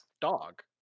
dog